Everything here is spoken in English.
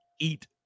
eat